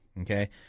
okay